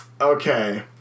okay